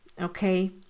okay